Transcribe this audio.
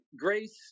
grace